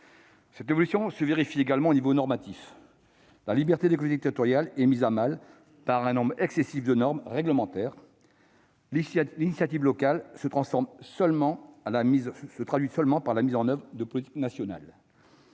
Cette évolution se vérifie également au niveau normatif. La liberté des collectivités territoriales est mise à mal par un nombre excessif de normes réglementaires, l'initiative locale se traduisant par la seule mise en oeuvre de politiques nationales.